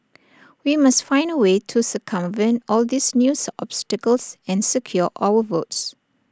we must find A way to circumvent all these news obstacles and secure our votes